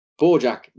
Bojack